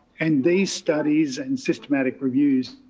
and they studies and systematic reviews